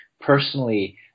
personally